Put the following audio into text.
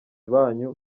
bacu